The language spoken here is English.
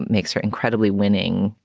makes her incredibly winning.